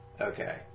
Okay